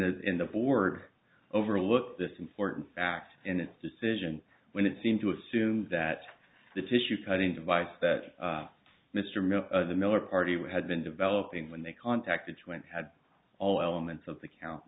those in the board overlooked this important factor in its decision when it seemed to assume that the tissue cutting device that mr miller the miller party would had been developing when they contacted twenty had all elements of the co